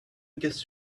guess